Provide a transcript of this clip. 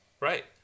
Right